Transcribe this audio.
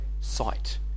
sight